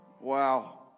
wow